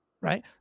right